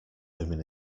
women